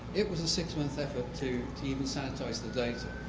it was a six-month effort to to even sanitize the data.